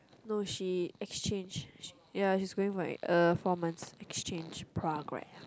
no she exchange ya she is going for like uh four months exchange program